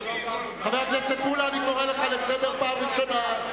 חבר הכנסת מולה, אני קורא לך לסדר פעם ראשונה.